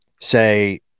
say